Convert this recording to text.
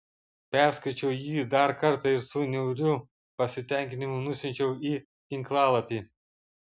perskaičiau jį dar kartą ir su niauriu pasitenkinimu nusiunčiau į tinklalapį